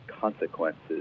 consequences